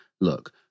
look